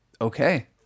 Okay